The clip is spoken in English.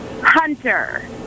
Hunter